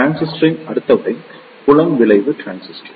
டிரான்சிஸ்டரின் அடுத்த வகை புலம் விளைவு டிரான்சிஸ்டர்